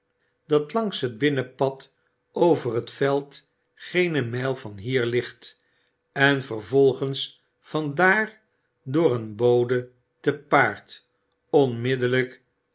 dat langs het binnenpad over het veld geene mijl van hier ligt en vervolgens van daar door een bode te paard onmiddellijk